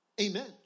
Amen